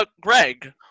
Greg